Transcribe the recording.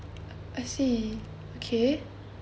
I see okay